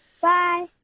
Bye